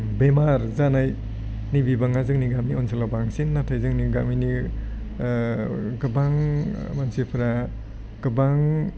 बेमार जानायनि बिबाङा जोंनि गामि ओनसोलाव बांसिन नाथाय जोंनि गामिनि गोबां मानसिफ्रा गोबां